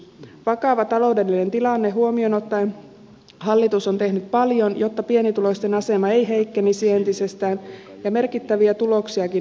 vakava taloudellinen tilanne huomioon ottaen hallitus on tehnyt paljon jotta pienituloisten asema ei heikkenisi entisestään ja merkittäviä tuloksiakin on saavutettu